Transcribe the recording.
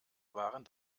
waren